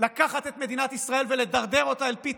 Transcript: לקחת את מדינת ישראל ולדרדר אותה אל פי